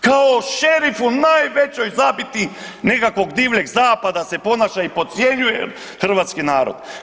Kao šerif u najvećoj zabiti nekakvog Divljeg zapada se ponaša i podcjenjuje hrvatski narod.